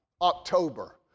October